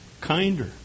kinder